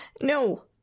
No